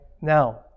now